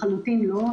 לחלוטין לא.